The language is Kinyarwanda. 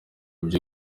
byo